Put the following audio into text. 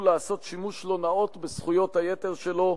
לעשות שימוש לא נאות בזכויות היתר שלו,